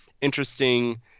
interesting